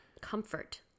comfort